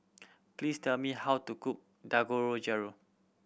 please tell me how to cook Dangojiru